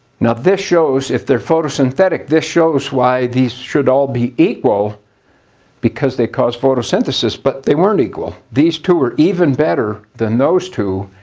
now this shows, if they're photosynthetic, this shows why these should all be equal because they cause photosynthesis. but they weren't equal. these two are even better than those two.